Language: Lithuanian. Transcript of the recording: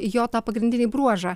jo tą pagrindinį bruožą